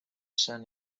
san